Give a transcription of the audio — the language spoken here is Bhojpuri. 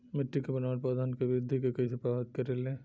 मिट्टी के बनावट पौधन के वृद्धि के कइसे प्रभावित करे ले?